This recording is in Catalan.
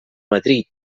madrid